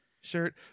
shirt